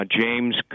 James